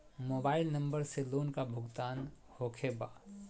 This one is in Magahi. मोबाइल नंबर से लोन का भुगतान होखे बा?